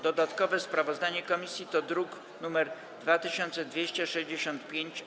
Dodatkowe sprawozdanie komisji to druk nr 2265-A.